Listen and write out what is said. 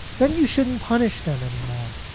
then you shouldn't punish them anymore.